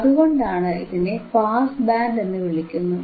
അതുകൊണ്ടാണ് ഇതിനെ pass band എന്നു വിളിക്കുന്നത്